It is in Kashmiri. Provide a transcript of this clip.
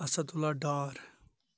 اَسَدُللہ ڈار